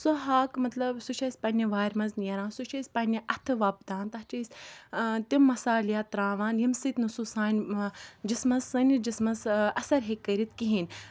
سُہ ہاکھ مَطلَب سُہ چھُ اَسہِ پَننہِ وارِ مَنٛز نیران سُہ چھُ أسۍ پَننہِ اَتھٕ وۄبدان تَتھ چھِ أسۍ تِم مَصالیات تراوان یمہٕ سۭتۍ نہٕ سُہ سانہِ جِسمَس سٲنِس جِسمَس اَثَر ہیٚکہِ کٔرِتھ کِہِیٖنۍ